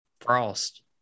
frost